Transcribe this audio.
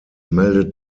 meldet